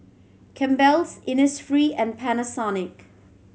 Campbell's Innisfree and Panasonic